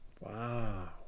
Wow